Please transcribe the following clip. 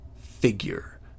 figure